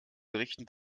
berichten